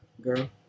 girl